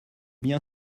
bien